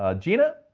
ah gina,